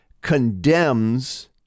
condemns